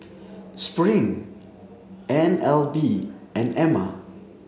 Spring N L B and Ema